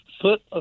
foot